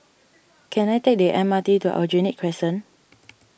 can I take the M R T to Aljunied Crescent